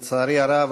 לצערי הרב,